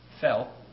fell